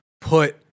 put